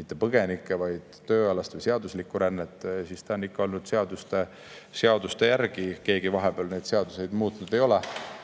mitte põgenikke, vaid tööalast või seaduslikku rännet, siis see on ikka käinud seaduste järgi. Keegi vahepeal neid seadusi muutnud ei ole.